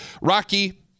Rocky